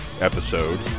episode